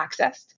accessed